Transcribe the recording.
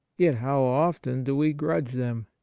yet how often do we grudge them?